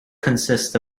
consists